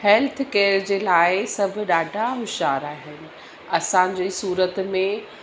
health care जे लाइ सभु ॾाढा होश्यार आहिनि असांजे सूरत में